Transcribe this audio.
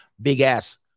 big-ass